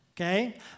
okay